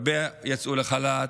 הרבה יצאו לחל"ת.